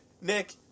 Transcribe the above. Nick